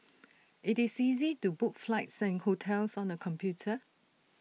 IT is easy to book flights and hotels on the computer